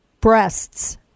breasts